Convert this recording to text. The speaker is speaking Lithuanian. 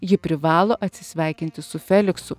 ji privalo atsisveikinti su feliksu